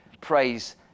praise